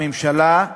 הממשלה,